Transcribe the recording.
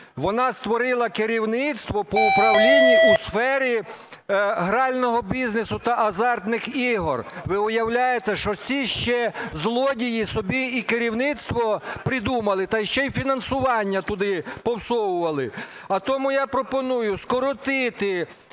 вона створила керівництво по управлінню у сфері грального бізнесу та азартних ігор. Ви уявляєте, що ці ще злодії собі і керівництво придумали, та ще й фінансування туди повсовували. А тому я пропоную скоротити